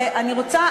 אני רוצה,